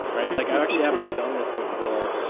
right like, i actually haven't done this before.